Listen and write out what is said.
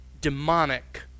demonic